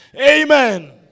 Amen